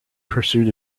pursuit